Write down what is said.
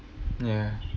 ya